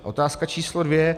Otázka č. 2.